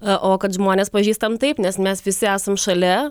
o kad žmones pažįstam taip nes mes visi esam šalia